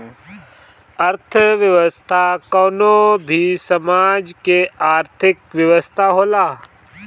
अर्थव्यवस्था कवनो भी समाज के आर्थिक व्यवस्था होला